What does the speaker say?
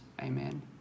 Amen